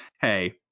hey